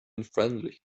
unfriendly